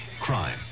crime